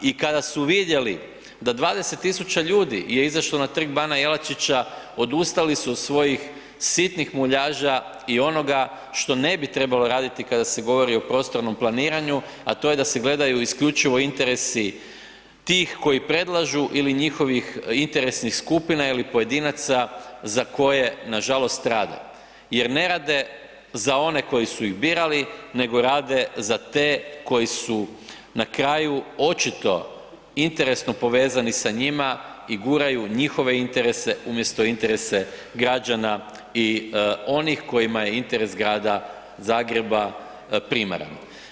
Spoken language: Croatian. I kada su vidjeli da 20.000 ljudi je izašlo na Trg bana Jelačića odustali su od svojih sitnih muljaža i onoga što ne bi trebalo raditi kada se govori o prostornom planiranju, a to je da se gledaju isključivo interesi tih koji predlažu ili njihovih interesnih skupina ili pojedinaca za koje nažalost rade jer ne rade za one koji su ih birali nego rade za te koji su na kraju očito interesno povezani sa njima i guraju njihove interese umjesto interese građana i onima kojima je interes Grada Zagreba primaran.